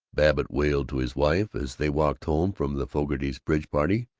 babbitt wailed to his wife, as they walked home from the fogartys' bridge-party,